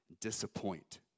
disappoint